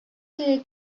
теге